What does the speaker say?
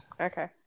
Okay